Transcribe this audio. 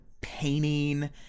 painting